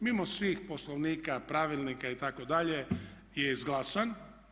Mimo svih poslovnika, pravilnika itd., je izglasan.